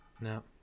No